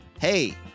hey